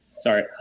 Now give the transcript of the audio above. Sorry